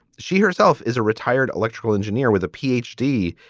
she herself is a retired electrical engineer with a p. h. d.